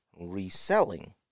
reselling